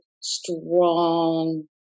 strong